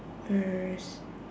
err s~